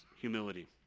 humility